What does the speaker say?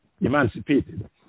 emancipated